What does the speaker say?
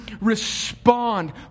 respond